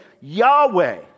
Yahweh